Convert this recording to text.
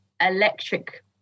electric